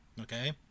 Okay